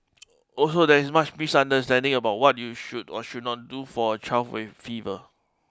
also there is much misunderstanding about what you should or should not do for a child with fever